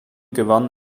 gewann